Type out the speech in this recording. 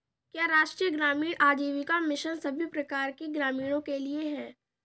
क्या राष्ट्रीय ग्रामीण आजीविका मिशन सभी प्रकार के ग्रामीणों के लिए है?